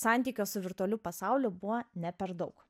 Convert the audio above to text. santykio su virtualiu pasauliu buvo ne per daug